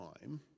time